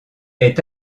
est